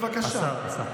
בבקשה.